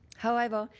however,